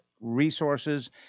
resources